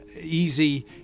easy